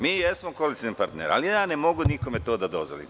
Mi jesmo koalicioni partneri, ali ja ovo ne mogu nikome da dozvolim.